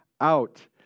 out